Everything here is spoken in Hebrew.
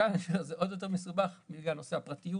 וכאן זה עוד יותר מסובך, בגלל נושא הפרטיות.